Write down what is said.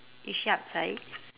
is she outside